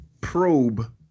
probe